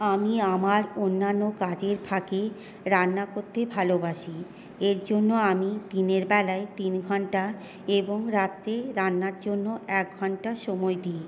আমি আমার অন্যান্য কাজের ফাঁকে রান্না করতে ভালোবাসি এর জন্য আমি দিনের বেলায় তিন ঘন্টা এবং রাতে রান্নার জন্য এক ঘন্টা সময় দিই